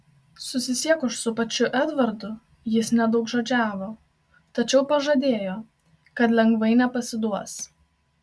susisiekus su pačiu edvardu jis nedaugžodžiavo tačiau pažadėjo kad lengvai nepasiduos